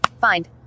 Find